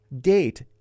date